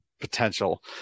potential